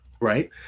Right